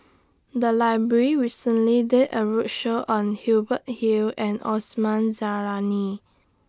The Library recently did A roadshow on Hubert Hill and Osman Zailani